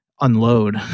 unload